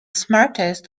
smartest